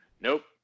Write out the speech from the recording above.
Nope